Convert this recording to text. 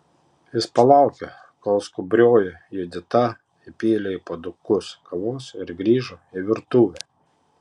jis palaukė kol skubrioji judita įpylė į puodukus kavos ir grįžo į virtuvę